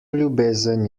ljubezen